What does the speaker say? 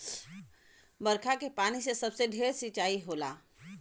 बरखा के पानी से सबसे ढेर सिंचाई होला